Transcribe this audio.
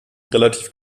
relativ